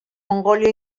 mongòlia